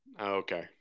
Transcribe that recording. okay